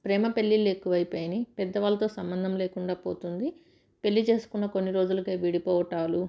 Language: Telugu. ప్రేమ పెళ్లిళ్లు ఎక్కువ అయిపోయినాయి పెద్దవాళ్ళతో సంబంధం లేకుండా పోతుంది పెళ్ళి చేసుకున్న కొన్ని రోజులకు విడిపోవడాలు